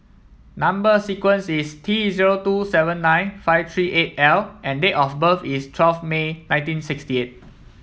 number sequence is T zero two seven nine five three eight L and date of birth is twelve May nineteen sixty eight